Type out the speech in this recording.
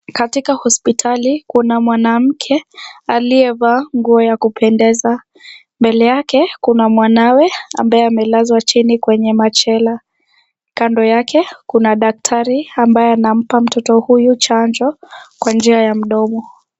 Katika hospitali kuna mwanamke aliyevaa nguo ya kupendeza, mbele yake, kuna mwanawe ambaye amelazwa chini kwenye machela, kando yake kuna daktari ambaye anampa mtoto huyu chanjo kwa njia ya mdomo.